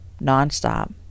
nonstop